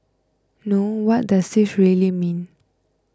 no what does this really mean